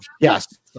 Yes